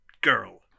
girl